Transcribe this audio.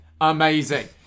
Amazing